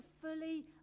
fully